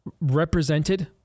represented